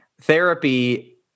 therapy